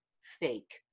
fake